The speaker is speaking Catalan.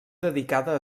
dedicada